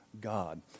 God